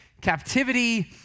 captivity